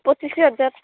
ପଚିଶି ହଜାର